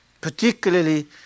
Particularly